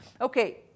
Okay